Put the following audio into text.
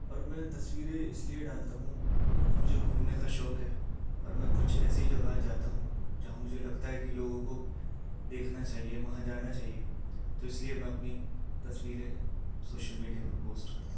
پر میں تصویریں اس لیے ڈالتا ہوں کیونکہ مجھے گھومنے کا شوق ہے اور میں کچھ ایسی جگہ جاتا ہوں جہاں مجھے لگتا ہے کہ لوگوں کو دیکھنا چاہیے وہاں جانا چاہیے تو اس لیے میں اپنی تصویریں شوشل میڈیا پر پوسٹ کرتا ہوں